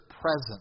presence